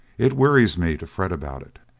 it wearies me to fret about it,